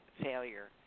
failure